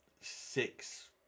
six